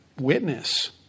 witness